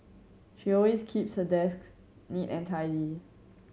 she always keeps her desks neat and tidy